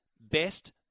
best